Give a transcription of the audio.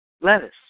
lettuce